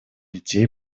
детей